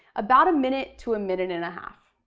about a minute to a minute and a half.